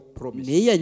promise